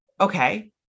okay